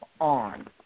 on